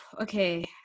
okay